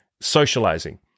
socializing